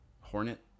Hornet